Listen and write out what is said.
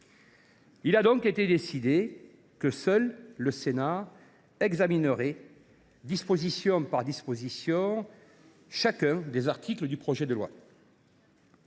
Il a donc été décidé que seul le Sénat examinerait, disposition par disposition, chacun des articles du projet de loi.